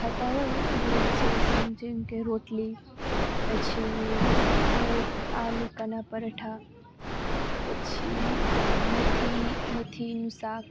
ખાતાં હોય એવી જે સમથિંગ કે રોટલી પછી એ આલુ કે એનાં પરાઠા પછી મેથી મેથીનું શાક